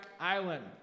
Island